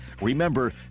Remember